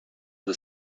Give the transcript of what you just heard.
the